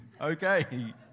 Okay